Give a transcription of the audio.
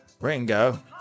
Ringo